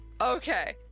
Okay